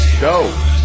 go